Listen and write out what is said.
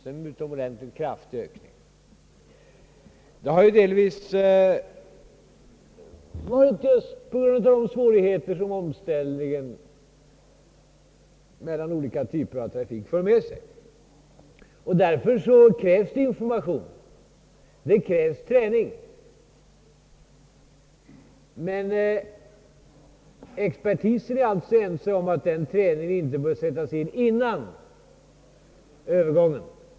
Det är en utomordentligt kraftig ökning. Den har delvis berott just på de svårigheter som omställningen mellan olika typer av trafiksystem för med sig. Därför krävs information och träning. Expertisen är dock enig om att den träningen inte bör sättas in före övergången.